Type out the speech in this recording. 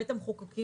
בית המחוקקים,